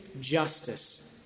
justice